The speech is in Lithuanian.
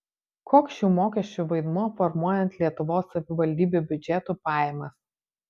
koks šių mokesčių vaidmuo formuojant lietuvos savivaldybių biudžetų pajamas